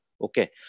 Okay